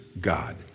God